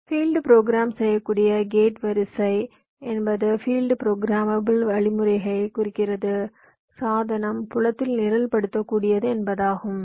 field program செய்யக்கூடிய gate வரிசை என்பது பீல்ட் ப்ரோக்ராமபல் வழிமுறையைக் குறிக்கிறது சாதனம் புலத்தில் நிரல்படுத்தக்கூடியது என்பதாகும்